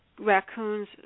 Raccoons